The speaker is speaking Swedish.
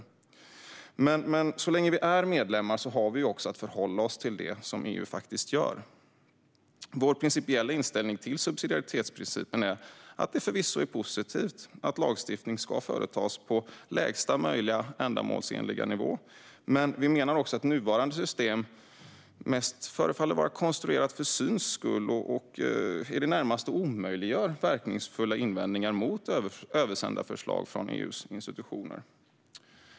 Men så länge vi är medlemmar har vi att förhålla oss till vad EU faktiskt gör. Vår principiella inställning till subsidiaritetsprincipen är att det förvisso är positivt att lagstiftning ska företas på lägsta möjliga ändamålsenliga nivå, men vi menar också att nuvarande system förefaller vara konstruerat mest för syns skull och i det närmaste omöjliggör verkningsfulla invändningar mot översända förslag från EU:s institutioner.